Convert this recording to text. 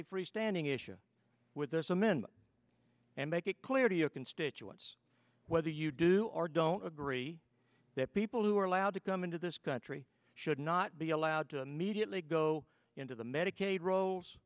a free standing issue with their samin and make it clear to your constituents whether you do or don't agree that people who are allowed to come into this country should not be allowed to immediately go into the medicaid ro